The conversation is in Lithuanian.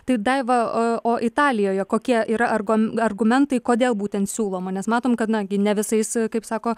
tai daiva o italijoje kokia yra arba argumentai kodėl būtent siūloma nes matom kad na gi ne visais kaip sako